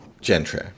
gentry